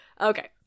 Okay